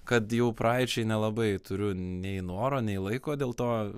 kad jau praeičiai nelabai turiu nei noro nei laiko dėl to